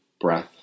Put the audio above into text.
breath